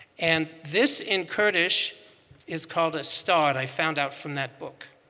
and this in kurdish is called a star i found out from that book.